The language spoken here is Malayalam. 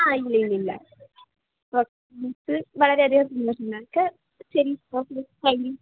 ആ ഇല്ല ഇല്ല ഇല്ല വളരെ അധികം സന്തോഷം ഞങ്ങൾക്ക്